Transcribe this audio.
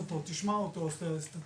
זה דעת הלגליזציה,